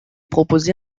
proposé